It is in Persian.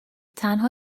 تنها